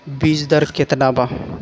बीज दर केतना बा?